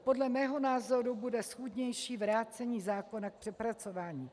Podle mého názoru bude schůdnější vrácení zákona k přepracování.